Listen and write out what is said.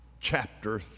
chapter